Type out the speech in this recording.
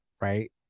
right